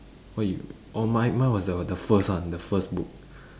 what you orh mine mine was the the first one the first book